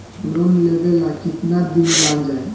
Loan लेबे ला कितना दिन लाग जाई?